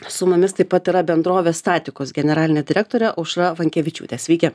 su mumis taip pat yra bendrovės statikos generalinė direktorė aušra vankevičiūtė sveiki